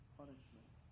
punishment